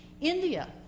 india